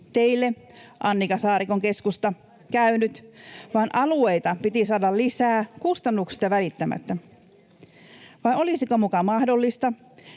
teille, Annika Saarikon keskusta, käynyt, vaan alueita piti saada lisää kustannuksista välittämättä. Vai olisiko muka mahdollista,